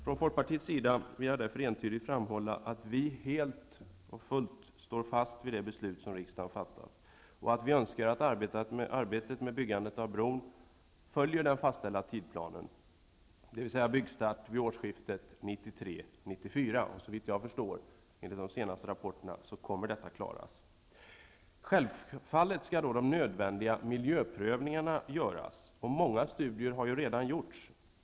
Från Folkpartiets sida vill jag därför entydigt framhålla att vi helt och fullt står fast vid det beslut som riksdagen fattat och att vi önskar att arbetet med byggandet av bron följer den fastställda tidsplanen, dvs. byggstart vid årsskiftet 1993-1994. Såvitt jag förstår av de senaste rapporterna bör detta klaras. Självfallet skall de nödvändiga miljöprövningarna göras, och många studier har redan gjorts.